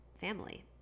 family